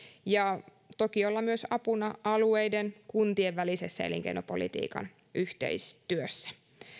ja toki ollaan myös apuna alueiden kuntien välisessä elinkeinopolitiikan yhteistyössä